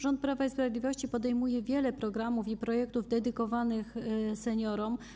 Rząd Prawa i Sprawiedliwości tworzy wiele programów i projektów dedykowanych seniorom.